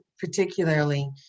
particularly